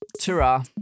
Ta-ra